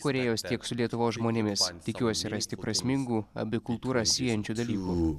korėjos tiek su lietuvos žmonėmis tikiuosi rasti prasmingų abi kultūras siejančių dalykų